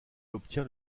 obtient